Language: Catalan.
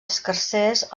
escarsers